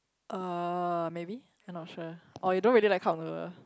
uh maybe you not sure or you don't really like cup noodle